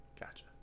gotcha